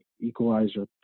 Equalizer